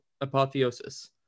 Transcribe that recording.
Apotheosis